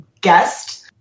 guest